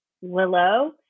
Willow